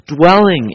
dwelling